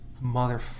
Mother